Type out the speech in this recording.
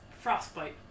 Frostbite